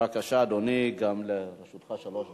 בבקשה, אדוני, גם לרשותך שלוש דקות.